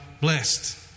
blessed